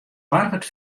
soarget